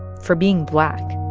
for being black.